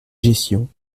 gestion